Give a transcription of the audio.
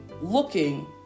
looking